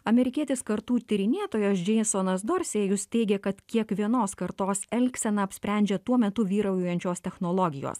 amerikietis kartų tyrinėtojos džeisonas dorsėjus teigia kad kiekvienos kartos elgseną apsprendžia tuo metu vyraujančios technologijos